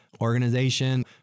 Organization